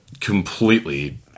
completely